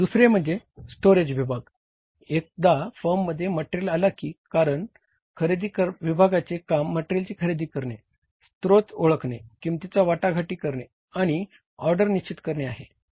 दुसरे म्हणजे स्टोरेज विभाग एकदा फर्ममध्ये मटेरियल आले की कारण खरेदी विभागाचे काम मटेरियलची खरेदी करणे स्त्रोत ओळखणे किंमतीची वाटाघाटी करणे आणि ऑर्डर निश्चित करणे आहे